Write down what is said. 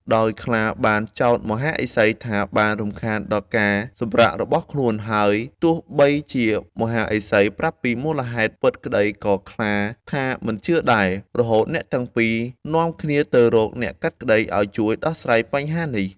ដោយខ្លាបានចោទមហាឫសីថាបានរំខានដល់ការសម្រាករបស់ខ្លួន ហើយទោះបីជាមហាឫសីប្រាប់ពីមូលហេតុពិតក្តី ក៏ខ្លាថាមិនជឿដែរ រហូតអ្នកទាំងពីរនាំគ្នាទៅរកអ្នកកាត់ក្តីឱ្យជួយដោះស្រាយបញ្ហានេះ។